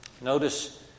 Notice